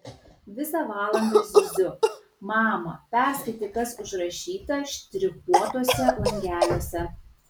visą valandą zyziu mama perskaityk kas užrašyta štrichuotuose langeliuose